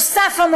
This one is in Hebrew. נוסף על כך,